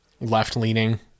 left-leaning